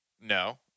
no